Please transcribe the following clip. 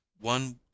one